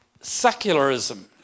Secularism